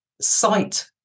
sight